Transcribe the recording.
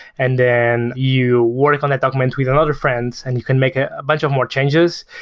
and then you work on a document with another friends and you can make ah a bunch of more changes,